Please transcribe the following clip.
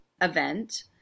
event